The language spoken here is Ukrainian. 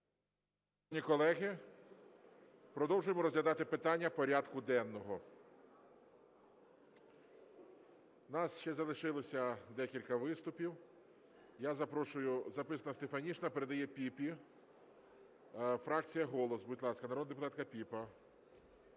Шановні колеги, продовжуємо розглядати питання порядку денного. У нас ще залишилося декілька виступів. Я запрошую… Записана Стефанишина, передає Піпі, фракція "Голос". Будь ласка, народна депутатка Піпа.